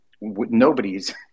Nobody's